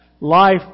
life